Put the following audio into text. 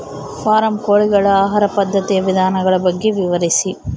Form ಕೋಳಿಗಳ ಆಹಾರ ಪದ್ಧತಿಯ ವಿಧಾನಗಳ ಬಗ್ಗೆ ವಿವರಿಸಿ?